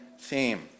theme